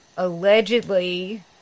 Allegedly